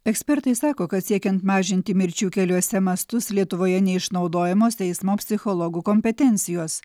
ekspertai sako kad siekiant mažinti mirčių keliuose mastus lietuvoje neišnaudojamos teismo psichologų kompetencijos